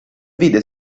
vide